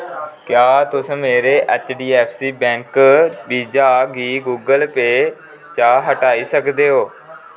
क्या तुस मेरे ऐच्चडीऐफ्फसी बैंक वीजा गी गूगल पेऽ चा हटाई सकदे ओ